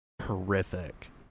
horrific